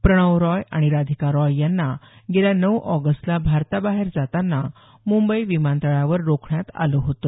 प्रणव रॉय आणि राधिका रॉय यांना गेल्या नऊ ऑगस्टला भारताबाहेर जाताना मुंबई विमानतळावर रोखण्यात आलं होतं